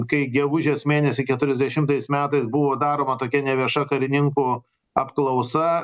kai gegužės mėnesį keturiasdešimtais metais buvo daroma tokia nevieša karininkų apklausa